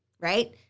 right